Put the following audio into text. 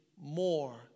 more